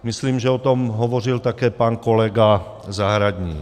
Myslím, že o tom hovořil také pan kolega Zahradník.